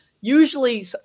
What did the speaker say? usually